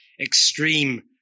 extreme